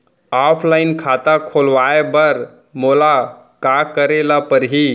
Offline खाता खोलवाय बर मोला का करे ल परही?